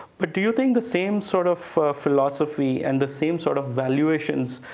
but do you think the same sort of philosophy, and the same sort of valuations,